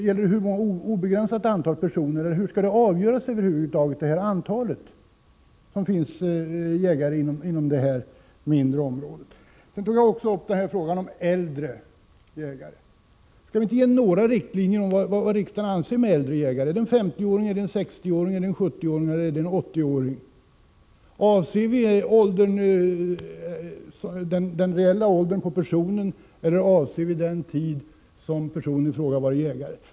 Gäller det ett obegränsat antal personer, eller hur fastställs över huvud taget detta antal jägare inom det mindre området? Jag tog också upp frågan om äldre jakträttshavare. Skall vi inte ge några riktlinjer i frågan om vad riksdagen skall anse vara äldre jakträttshavare? Är det en 50-åring, en 60-åring, en 70-åring eller en 80-åring? Avses den ålder som personen i fråga har eller den tid under vilken vederbörande har varit jägare?